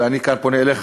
ואני כאן פונה אליך,